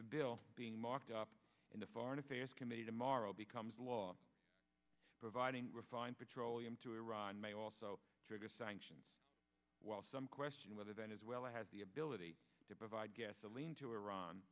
the bill being marked up in the foreign affairs committee tomorrow becomes law providing refined petroleum to iran may also trigger sanctions while some question whether then as well as the ability to provide gasoline to iran